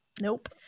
Nope